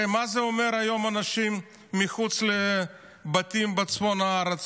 הרי מה זה אומר שאנשים היום מחוץ לבתים בצפון הארץ,